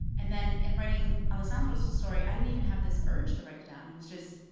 and then in writing alessandro's story, i didn't even have this urge to write it down. it was just,